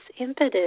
impetus